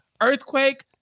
Earthquake